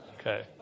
Okay